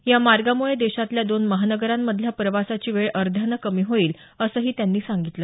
या मार्गामुळे देशातल्या दोन महानगरांमधील प्रवासाची वेळ अध्यानं कमी होईल असंही त्यांनी सांगितलं